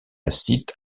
cite